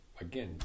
again